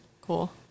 Cool